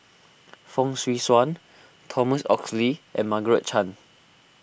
Fong Swee Suan Thomas Oxley and Margaret Chan